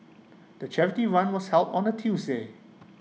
the charity run was held on A Tuesday